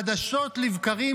חדשות לבקרים,